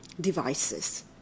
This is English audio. devices